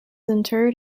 interred